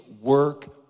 work